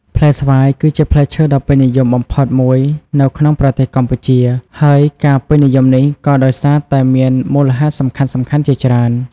ផ្លែស្វាយគឺជាផ្លែឈើដ៏ពេញនិយមបំផុតមួយនៅក្នុងប្រទេសកម្ពុជា ហើយការពេញនិយមនេះក៏ដោយសារតែមានមូលហេតុសំខាន់ៗជាច្រើន។